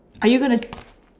are you gonna